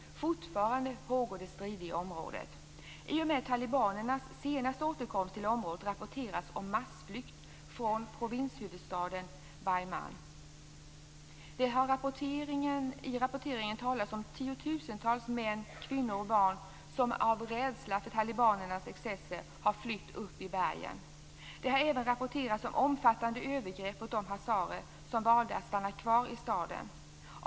Fortfarande pågår strider i området. I och med talibanernas senaste återkomst till området rapporteras det om massflykt från provinshuvudstaden Bamyan. I rapporteringen talas det om tiotusentals män, kvinnor och barn som av rädsla för talibanernas excesser flytt upp i bergen. Det har även rapporterats om omfattande övergrepp mot de hazarer som valt att stanna kvar i staden.